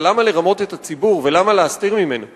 אבל למה לרמות את הציבור ולמה להסתיר ממנו?